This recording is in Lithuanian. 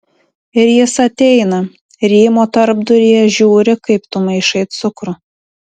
ir jis ateina rymo tarpduryje žiūri kaip tu maišai cukrų